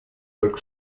только